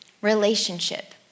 relationship